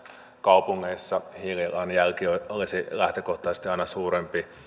kaupungeissa hiilijalanjälki olisi lähtökohtaisesti aina suurempi